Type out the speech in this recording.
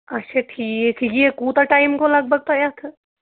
اچھا ٹھیٖک یہِ کوٗتاہ ٹایم گوٚو لگ بگ تۄہہِ اَتھٕ